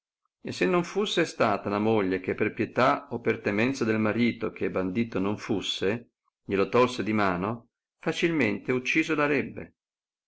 e se non fusse stata la moglie che per pietà o per temenza del marito che bandito non fusse glielo tolse di mano facilmente ucciso l'arrebbe